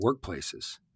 workplaces